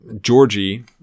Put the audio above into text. Georgie